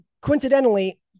coincidentally